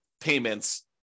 payments